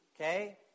Okay